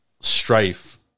strife